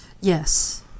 Yes